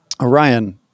Orion